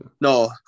no